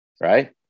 right